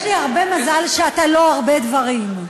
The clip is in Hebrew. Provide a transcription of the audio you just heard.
יש לי הרבה מזל שאתה לא הרבה דברים.